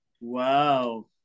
Wow